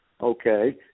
okay